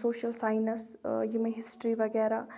social science یِمٕے history وغیرہ